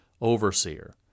overseer